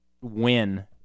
win